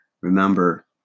Remember